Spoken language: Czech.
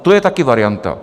To je taky varianta.